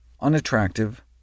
unattractive